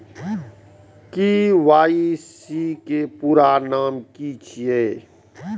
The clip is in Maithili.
के.वाई.सी के पूरा नाम की छिय?